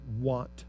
want